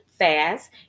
Fast